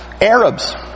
Arabs